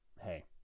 Hey